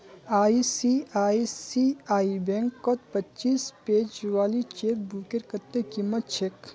ICICI बैंकत पच्चीस page वाली चेकबुकेर कत्ते कीमत छेक